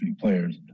players